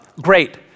great